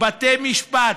בתי משפט,